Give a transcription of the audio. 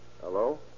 Hello